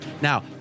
Now